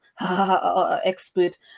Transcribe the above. expert